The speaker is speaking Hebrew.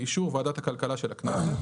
באישור ועדת הכלכלה של הכנסת,